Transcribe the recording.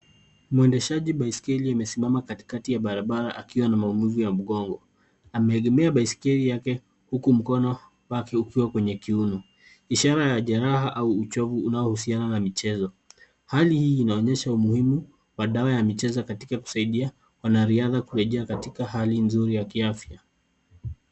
Mwendeshaji baiskeli amesimama katikati ya barabara akiwa na maumivu ya mgongo. Ameegemea baiskeli yake huku mkono wale ukiwa kwenye kiuno. Ishara ya jeraha au uchovu unaohusiana na michezo. Hali hii inaonyesha umuhimu wa dawa ya michezo katika kusaidia wanariadha kurejea katika hali nzuri ya kiafya.